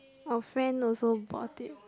our friend also bought it